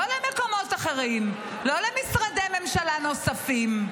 לא למקומות אחרים, לא למשרדי ממשלה נוספים,